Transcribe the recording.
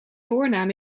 voornaam